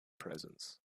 presence